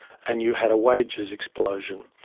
and you had a wages explosion.